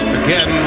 again